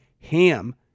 HAM